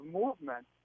movement